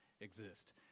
exist